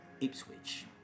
Ipswich